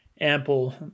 ample